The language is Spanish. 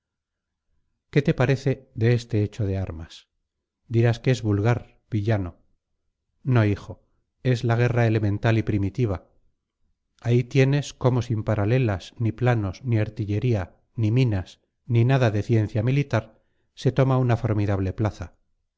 qué te parece de este hecho de armas dirás que es vulgar villano no hijo es la guerra elemental y primitiva ahí tienes cómo sin paralelas ni planos ni artillería ni minas ni nada de ciencia militar se toma una formidable plaza